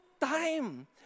time